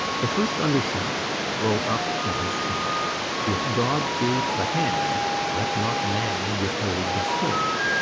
the first undershaft wrote up in his shop if god gave the hand, let not man withhold the sword.